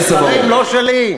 אלה מספרים לא שלי,